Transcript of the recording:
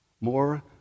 More